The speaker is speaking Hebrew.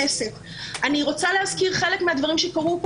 אני רוצה להזכיר חלק מהדברים שקרו פה